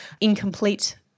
incomplete